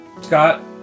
Scott